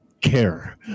care